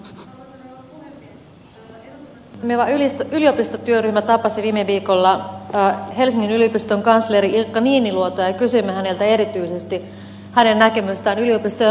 eduskunnassa toimiva yliopistotyöryhmä tapasi viime viikolla helsingin yliopiston kansleri ilkka niiniluotoa ja kysyimme häneltä erityisesti hänen näkemystään yliopistojen rahatilanteesta